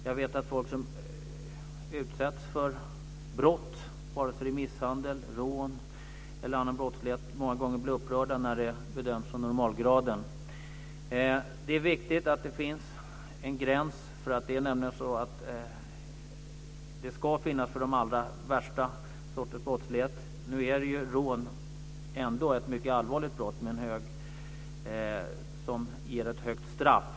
Jag vet att folk som utsätts för brott, vare sig det är misshandel, rån eller annan brottslighet, många gånger blir upprörda när det bedöms som normalgraden. Det är viktigt att det finns en gräns för den allra värsta sortens brottslighet. Nu är ju rån ändå ett mycket allvarligt brott som ger ett högt straff.